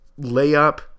layup